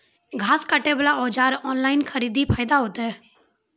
घास काटे बला औजार ऑनलाइन खरीदी फायदा होता?